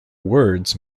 words